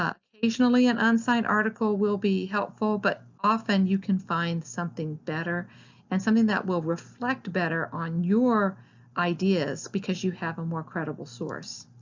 ah occasionally an unsigned article will be helpful, but often you can find something better and something that will reflect better on your ideas, because you have a more credible source.